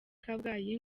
kabgayi